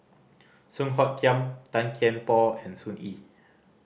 Song Hoot Kiam Tan Kian Por and Sun Yee